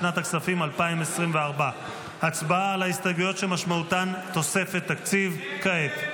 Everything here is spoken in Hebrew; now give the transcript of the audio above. לשנת הכספים 2024. הצבעה על ההסתייגויות שמשמעותן תוספת תקציב כעת.